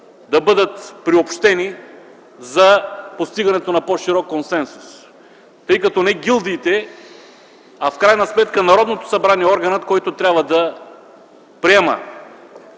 да бъдат приобщени за постигането на по-широк консенсус, тъй като не гилдиите, а в крайна сметка Народното събрание е органът, който трябва да приема